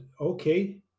okay